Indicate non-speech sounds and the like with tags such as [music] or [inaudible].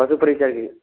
[unintelligible]